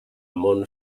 mon